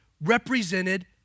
represented